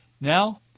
Now